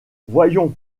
voyons